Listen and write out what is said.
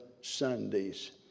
Sundays